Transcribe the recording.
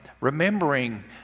remembering